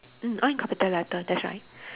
mm all in capital letter that's right